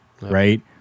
right